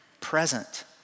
present